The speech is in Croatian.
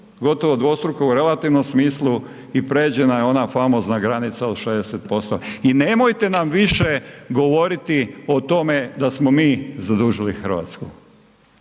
gotovo dvostruko u relativnom smislu i pređena je ona famozna granica od 60%. I nemojte nam više govoriti o tome da smo mi zadužili Hrvatsku.